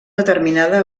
determinada